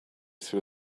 threw